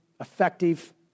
effective